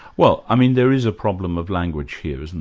well, i mean there is a problem of language here, isn't